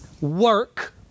work